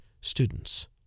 students